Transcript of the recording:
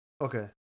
Okay